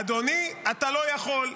אדוני, אתה לא יכול.